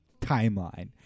Timeline